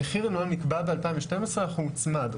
המחיר נקבע ב-2012 אך הוא הוצמד.